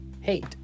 hate